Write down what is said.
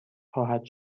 خواهد